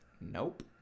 Nope